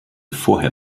vorher